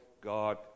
god